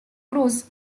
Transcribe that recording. cruz